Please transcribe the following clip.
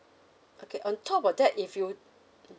okay on top of that if you mm